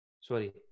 sorry